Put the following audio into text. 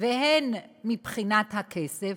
והן מבחינת הכסף,